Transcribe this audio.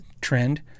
trend